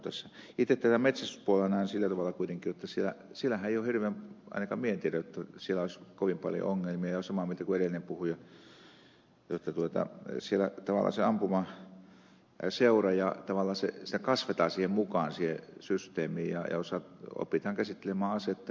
itse tällä metsästyspuolella näen sillä tavalla kuitenkin jotta ainakaan minä en tiedä jotta siellä olisi kovin paljon ongelmia ja olen samaa mieltä kuin edellinen puhuja jotta tavallaan siellä ampumaseurassa kasvetaan mukaan siihen systeemiin ja opitaan käsittelemään asetta